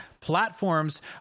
platforms